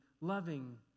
loving